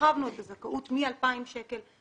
שהרחבנו את הזכאות מ-2,000 שקלים,